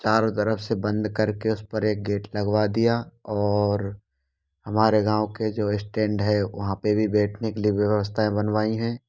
चारों तरफ से बंद करके उस पर एक गेट लगवा दिया और हमारे गाँव के जो स्टैंड है वहाँ पर भी बैठने के लिए व्यवस्थाएँ बनवाई हैं